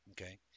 okay